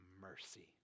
mercy